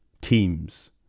teams